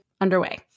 underway